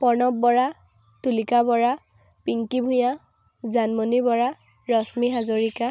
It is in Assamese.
প্ৰণৱ বৰা তুলিকা বৰা পিংকী ভূঞা জানমণি বৰা ৰশ্মি হাজৰিকা